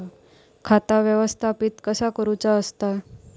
खाता व्यवस्थापित कसा करुचा असता?